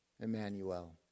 Emmanuel